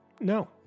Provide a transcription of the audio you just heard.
No